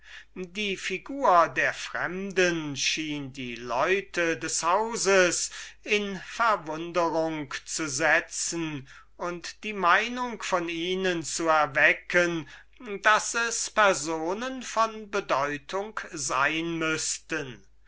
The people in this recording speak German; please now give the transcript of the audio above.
die figur dieser fremden schien die leute des hauses in verwundrung zu setzen und die meinung von ihnen zu erwecken daß es personen von bedeutung sein müßten